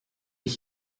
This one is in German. ich